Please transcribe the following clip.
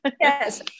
Yes